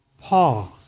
pause